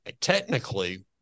technically